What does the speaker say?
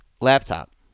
Laptop